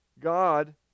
God